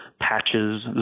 patches